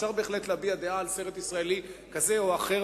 אפשר בהחלט להביע דעה על סרט ישראלי כזה או אחר,